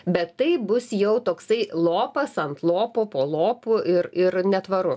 bet tai bus jau toksai lopas ant lopo po lopu ir ir netvaru